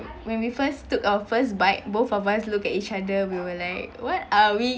when we first took our first bite both of us looked at each other we were like what are we